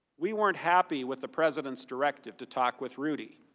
we weren't happy with the president's directive to talk with really,